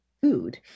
food